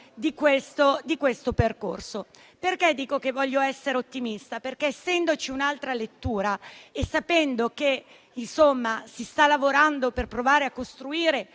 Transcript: del percorso. Io voglio essere ottimista perché, essendoci un'altra lettura e sapendo che si sta lavorando per provare a costruire